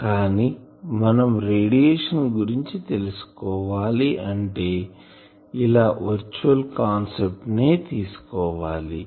కానీ మనం రేడియేషన్ గురించి తెలుసుకోవాలి అంటే ఇలా వర్చ్యువల్ కాన్సెప్ట్ నే తీసుకోవాలి